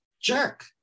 jerk